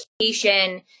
education